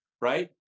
right